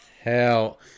Hell